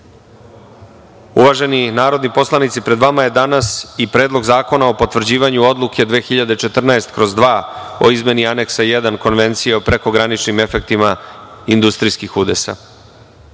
narodni poslanici pred vama je danas i Predlog zakona o potvrđivanju odluke 2014/2 o izmeni aneksa 1. Konvencije o prekograničnim efektima industrijskih